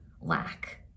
lack